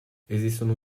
esistono